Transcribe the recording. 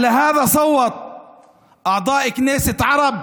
על הדבר הזה הצביעו חברי כנסת ערבים,